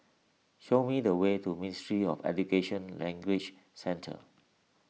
show me the way to Ministry of Education Language Centre